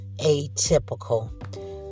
Atypical